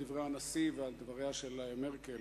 על דברי הנשיא ועל דבריה של מרקל.